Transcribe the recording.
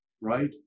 Right